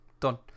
done